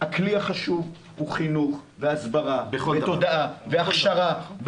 הכלי החשוב הוא חינוך והסברה ותודעה והכשרה.